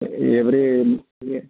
every